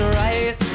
right